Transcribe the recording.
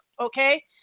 okay